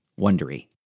Wondery